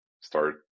start